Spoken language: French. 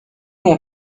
long